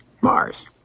Mars